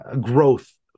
growth